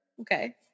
Okay